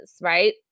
right